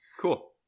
Cool